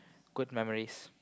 good memories